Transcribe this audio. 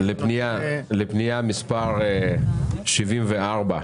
פנייה מספר 74,